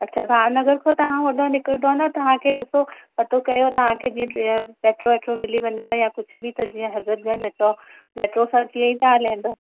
अच्छा भाव नगर खां तव्हां ओॾे निकिरींदव त तव्हांखे ॾिसो पतो कयो तव्हांखे जीअं मेट्रो वेट्रो मिली वञेव या कुझु बि त जीअं हज़रत गंज अचो मेट्रो सां जीअं ई तव्हां लहंदा